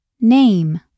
Name